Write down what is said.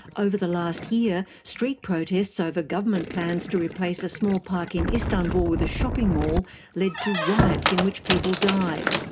over the last year, street protests over government plans to replace a small park in istanbul with a shopping mall led to riots in which people died.